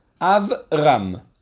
Avram